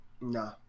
No